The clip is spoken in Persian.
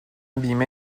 بیمه